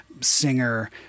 singer